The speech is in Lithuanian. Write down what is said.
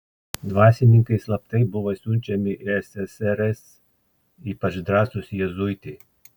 dvasininkai slaptai buvo siunčiami į ssrs ypač drąsūs jėzuitai